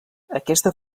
aquesta